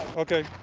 okay.